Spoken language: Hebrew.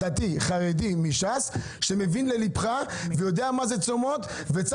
דתי חרדי מ-ש'ס שמבין לליבך ויודע מה זה צום וצם